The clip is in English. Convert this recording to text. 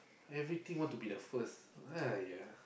everything want to be the first !aiya!